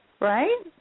right